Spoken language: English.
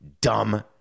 dumb